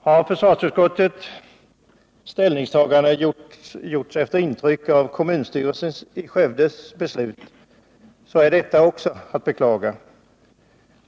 Har försvarsutskottets ställningstagande gjorts efter intryck av Skövde kommunstyrelses beslut, är detta att beklaga.